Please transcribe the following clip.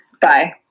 Bye